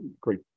great